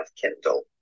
Kindle